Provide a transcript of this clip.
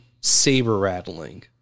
saber-rattling